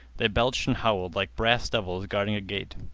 they belched and howled like brass devils guarding a gate.